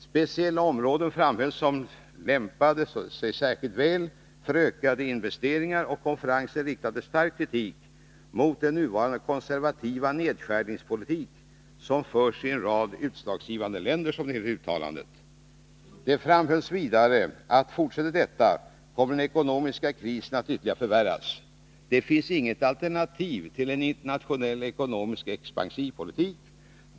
Speciella områden framhölls, som lämpade sig särskilt väl för ökade investeringar, och konferensen riktade stark kritik mot ”den nuvarande konservativa nedskärningspolitik som förs i en rad utslagsgivande länder”, som det heter i uttalandet. Det framhölls vidare att fortsätter detta, ”kommer den ekonomiska krisen att ytterligare förvärras. Det finns inget alternativ till en internationell ekonomisk expansiv politik.